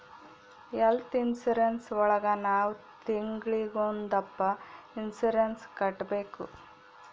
health insurance ಒಳಗ ನಾವ್ ತಿಂಗ್ಳಿಗೊಂದಪ್ಪ ಇನ್ಸೂರೆನ್ಸ್ ಕಟ್ಟ್ಬೇಕು